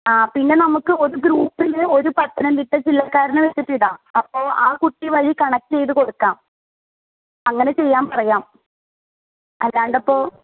ആ പിന്നെ നമുക്ക് ഒരു ഗ്രൂപ്പിന്ന് ഒരു പത്തനംതിട്ട ജില്ലക്കാരനെ വെച്ചിട്ട് ഇടാം അപ്പോൾ ആ കുട്ടി വഴി കണക്ട് ചെയ്ത് കൊടുക്കാം ആങ്ങനെ ചെയ്യാൻ പറയാം അല്ലാണ്ടിപ്പോൾ